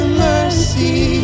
mercy